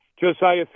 Josiah